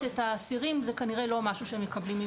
את האסירים זה כנראה ממילא לא משהו שהם מקבלים.